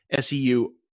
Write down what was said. SEU